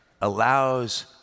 allows